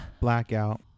Blackout